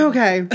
Okay